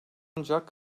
ancak